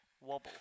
wobble